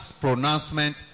pronouncement